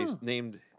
named